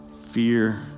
fear